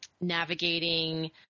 navigating